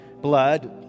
blood